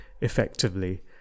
effectively